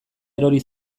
erori